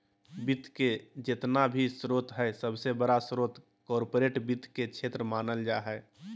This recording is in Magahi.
वित्त के जेतना भी स्रोत हय सबसे बडा स्रोत कार्पोरेट वित्त के क्षेत्र मानल जा हय